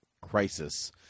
crisis